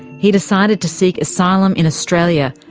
he decided to seek asylum in australia,